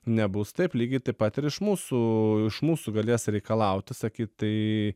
nebus taip lygiai taip pat ir iš mūsų iš mūsų galės reikalauti sakyt tai